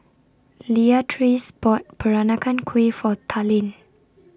Leatrice bought Peranakan Kueh For Talen